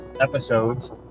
episodes